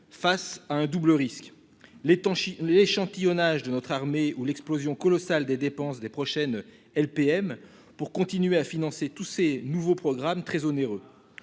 face à un double risque. Les temps si l'échantillonnage de notre armée où l'explosion colossale des dépenses des prochaine LPM pour continuer à financer tous ces nouveaux programmes très onéreux.